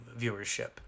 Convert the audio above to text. viewership